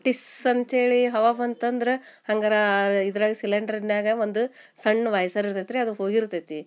ಟಿಸ್ ಅಂತ ಹೇಳಿ ಹವಾ ಬಂತಂದ್ರೆ ಹಂಗಾರೆ ಇದ್ರಾಗ ಸಿಲಿಂಡ್ರ್ನ್ಯಾಗ ಒಂದು ಸಣ್ಣ ವೈಸರ್ ಇರ್ತೈತೆ ರೀ ಅದು ಹೋಗಿರ್ತೈತಿ